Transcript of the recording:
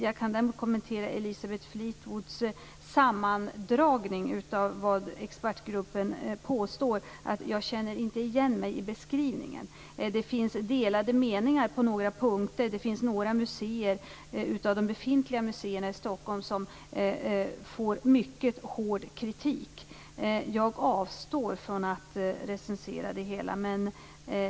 Jag kan däremot kommentera Elisabeth Fleetwoods sammandragning av vad expertgruppen påstår. Jag känner inte igen mig i beskrivningen. Det finns delade meningar på några punkter. Det finns några museer av de befintliga museerna i Stockholm som får mycket hård kritik. Jag avstår från att recensera det hela.